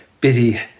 busy